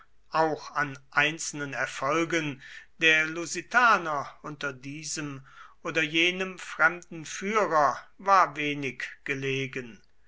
auch an einzelnen erfolgen der lusitaner unter diesem oder jenem fremden führer war wenig gelegen